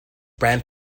brand